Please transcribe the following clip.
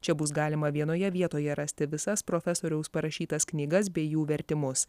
čia bus galima vienoje vietoje rasti visas profesoriaus parašytas knygas bei jų vertimus